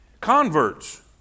Converts